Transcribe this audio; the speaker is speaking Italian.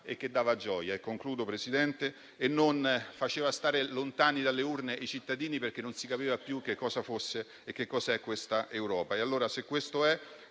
e che dava gioia e non faceva stare lontani dalle urne i cittadini perché non si capiva più che cosa fosse questa Europa.